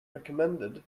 recommended